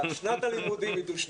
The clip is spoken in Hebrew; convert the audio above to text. שנת הלימודים היא דו שנתית.